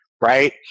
right